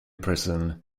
prison